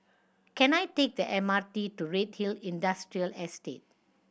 can I take the M R T to Redhill Industrial Estate